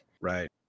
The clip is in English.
Right